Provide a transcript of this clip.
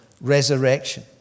resurrection